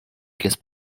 classe